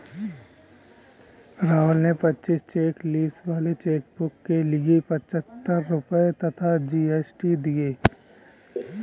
राहुल ने पच्चीस cheque leaves वाले चेकबुक के लिए पच्छत्तर रुपये तथा जी.एस.टी दिए